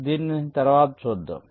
దీనిని తరువాత చూద్దాం